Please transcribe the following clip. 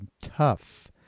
tough